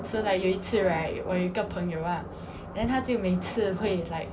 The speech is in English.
so like 有一次 right 我有一个朋友 ah then 她就每次会 like